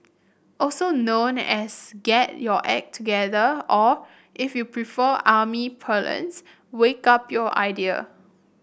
also known as get your act together or if you prefer army parlance wake up your idea